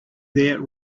there